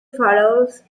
follows